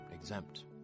exempt